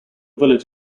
village